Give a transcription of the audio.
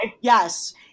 yes